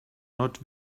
not